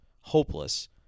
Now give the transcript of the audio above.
hopeless